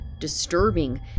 disturbing